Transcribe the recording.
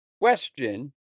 question